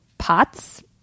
Pots